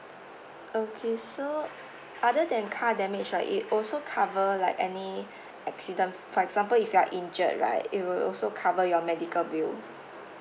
okay so other than car damage right it also cover like any accident for example if you're injured right it will also cover your medical bill